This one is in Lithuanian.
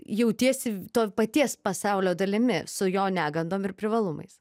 jautiesi to paties pasaulio dalimi su jo negandom ir privalumais